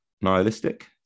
nihilistic